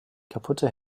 kaputte